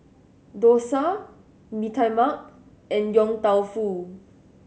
dosa Mee Tai Mak and Yong Tau Foo